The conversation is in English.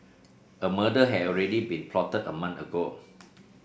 a murder had already been plotted a month ago